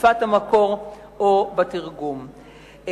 בשפת המקור או בתרגום.